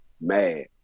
mad